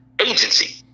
agency